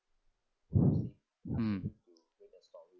mm